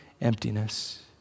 emptiness